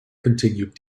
continued